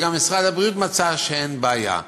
וגם משרד הבריאות מצא שאין בעיה.